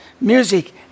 music